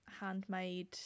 handmade